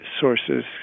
sources